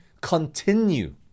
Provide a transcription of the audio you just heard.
continue